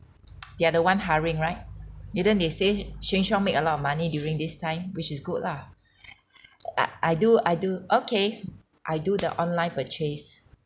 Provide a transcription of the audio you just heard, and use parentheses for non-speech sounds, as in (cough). (noise) they are the one hiring right didn't they say sheng siong make a lot of money during this time which is good lah (breath) I I do I do okay I do the online purchase